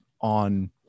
on